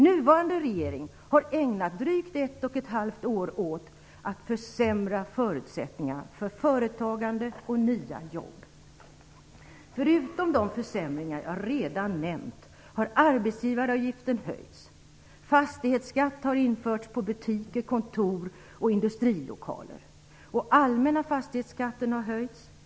Nuvarande regering har ägnat drygt ett och ett halvt år åt att försämra förutsättningarna för företagande och nya jobb. Förutom de försämringar jag redan nämnt har arbetsgivaravgiften höjts. Fastighetsskatt har införts på butiker, kontor och industrilokaler, och den allmänna fastighetsskatten har höjts.